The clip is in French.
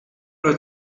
l’as